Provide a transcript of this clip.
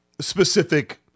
specific